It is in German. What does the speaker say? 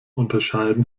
unterscheiden